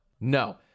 no